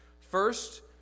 First